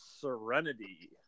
Serenity